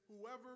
whoever